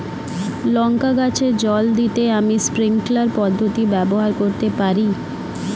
লঙ্কা গাছে জল দিতে আমি স্প্রিংকলার পদ্ধতি ব্যবহার করতে পারি?